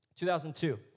2002